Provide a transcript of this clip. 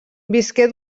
visqué